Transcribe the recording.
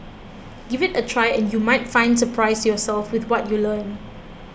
give it a try and you might find surprise yourself with what you learn